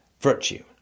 virtue